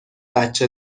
بچه